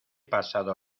pasado